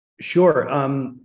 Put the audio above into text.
Sure